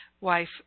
wife